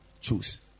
choose